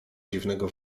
dziwnego